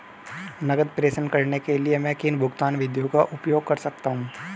नकद प्रेषण करने के लिए मैं किन भुगतान विधियों का उपयोग कर सकता हूँ?